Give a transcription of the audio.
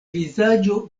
vizaĝo